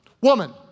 woman